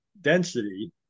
density